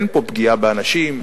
אין פה פגיעה באנשים,